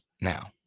now